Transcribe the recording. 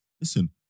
Listen